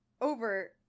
over